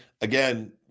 Again